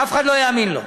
אף אחד לא יאמין לו.